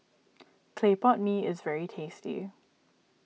Clay Pot Mee is very tasty